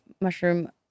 mushroom